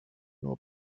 nur